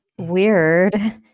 weird